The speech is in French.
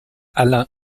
alain